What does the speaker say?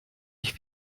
ich